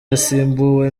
asimbuwe